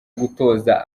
gutoza